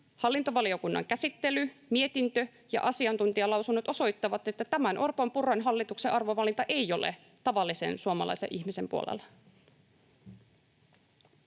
hallintovaliokunnan käsittely, mietintö ja asiantuntijalausunnot osoittavat, että tämän Orpon—Purran hallituksen arvovalinta ei ole tavallisen suomalaisen ihmisen puolella.